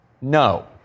No